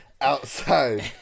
outside